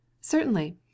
Certainly